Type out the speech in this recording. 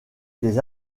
des